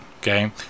okay